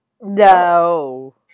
No